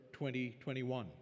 2021